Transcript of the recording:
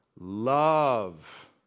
love